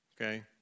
okay